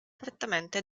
prettamente